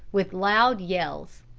with loud yells.